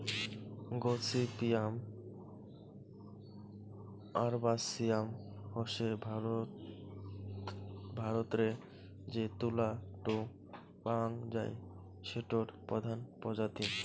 gossypium আরবাসিয়াম হসে ভারতরে যে তুলা টো পাওয়াং যাই সেটোর প্রধান প্রজাতি